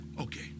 Okay